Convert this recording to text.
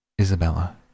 Isabella